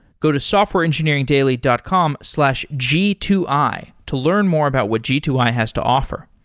go to softwareengineeringdaily dot com slash g two i to learn more about what g two i has to offer.